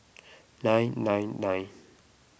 nine nine nine